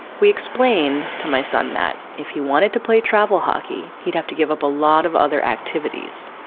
we explained to my son that if he wanted to play travel hockey, he'd have to give up a lot of other activities,